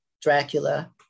Dracula